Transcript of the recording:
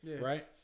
Right